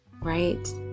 right